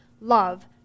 love